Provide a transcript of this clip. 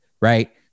right